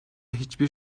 hiçbir